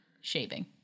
shaving